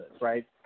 right